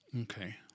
Okay